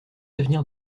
avenir